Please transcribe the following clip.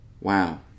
Wow